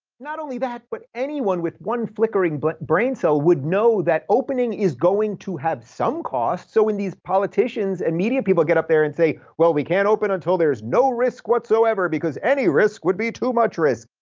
not only that, but anyone with one flickering but brain cell would know that opening is going to have some costs, so when these politicians and media people get up there and say, well, we can't open until there's no risk whatsoever, because any risk would be too much risk.